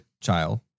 child